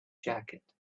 jacket